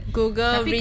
Google